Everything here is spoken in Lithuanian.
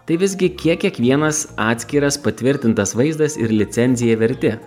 tai visgi kiek kiekvienas atskiras patvirtintas vaizdas ir licenzija verti